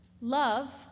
Love